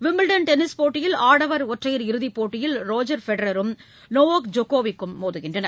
Wimbledon tennis போட்டியில் ஆடவர் ஒற்றையர் இறுதிப்போட்டியில் ரோஜர் பெடரரும் நோவாக் ஜோக்கோவிக் ம் மோதுகின்றனர்